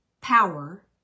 power